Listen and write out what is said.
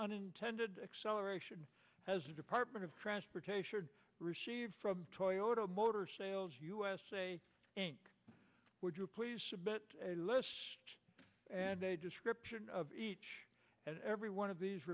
unintended acceleration has the department of transportation received from toyota motor sales usa would you please submit list and a description of each and every one of these